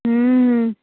ହୁଁ ହୁଁ